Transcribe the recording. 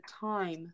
time